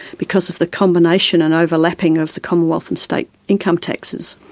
because of the combination and overlapping of the commonwealth and state income taxes.